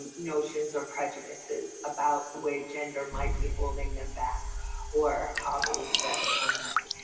notions or prejudices about the way gender might be holding them back or hobbling them some way.